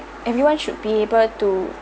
everyone should be able to